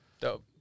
Dope